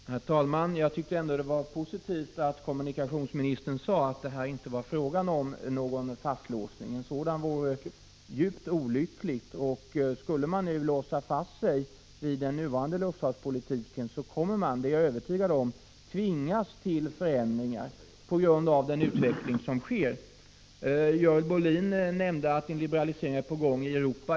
Herr talman! Jag tycker att det är positivt att kommunikationsministern säger att det inte är fråga om någon fastlåsning. En sådan vore olycklig. Skulle man låsa fast sig vid den nuvarande luftfartspolitiken på alla punkter, kommer man sedan att tvingas till förändringar på grund av den utveckling som sker i vår omvärld — det är jag övertygad om. Görel Bohlin nämnde att en liberalisering är på gång i Europa.